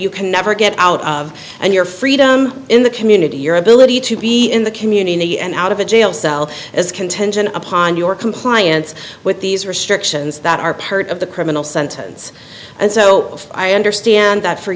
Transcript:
you can never get out of and your freedom in the community your ability to be in the community and out of a jail cell as contingent upon your compliance with these restrictions that are part of the criminal sentence and so i understand that for